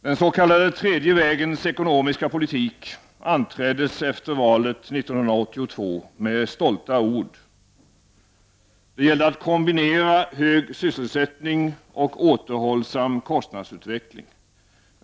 Den s.k. tredje vägens ekonomiska politik anträddes efter valet 1982 med stolta ord. Det gällde att kombinera hög sysselsättning och återhållsam kostnadsutveckling.